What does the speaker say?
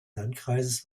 landkreises